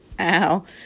ow